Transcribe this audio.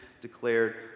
declared